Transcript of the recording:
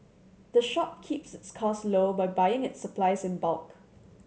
the shop keeps its costs low by buying its supplies in bulk